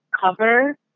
cover